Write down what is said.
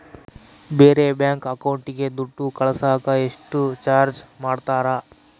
ಬೇರೆ ಬ್ಯಾಂಕ್ ಅಕೌಂಟಿಗೆ ದುಡ್ಡು ಕಳಸಾಕ ಎಷ್ಟು ಚಾರ್ಜ್ ಮಾಡತಾರ?